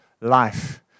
life